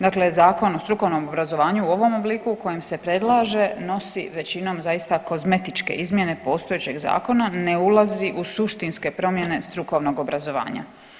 Dakle, Zakon o strukovnom obrazovanju u ovom obliku u kojem se predlaže nosi većinom zaista kozmetičke izmjene postojećeg zakona, ne ulazi u suštinske promjene strukovnog obrazovanja.